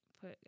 put